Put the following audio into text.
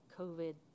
COVID